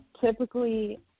Typically